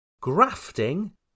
grafting